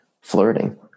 flirting